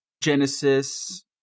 Genesis